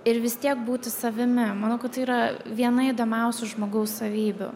ir vis tiek būti savimi manau kad tai yra viena įdomiausių žmogaus savybių